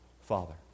Father